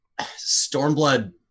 Stormblood